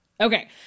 Okay